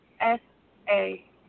S-A